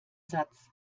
satz